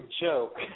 joke